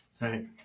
Right